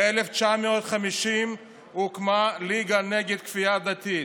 ב-1950 הוקמה ליגה נגד כפייה דתית,